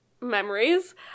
memories